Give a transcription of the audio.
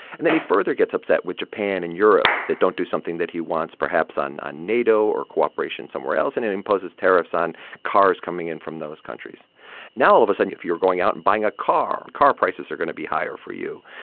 and then he further gets upset with japan and europe that don't do something that he wants, perhaps on on nato or cooperation somewhere else and then imposes tariffs on cars coming in from those countries now all of a sudden if you're going out and buying a car, car prices are going to be higher for you.